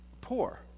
Poor